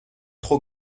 trop